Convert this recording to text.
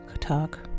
talk